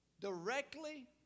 directly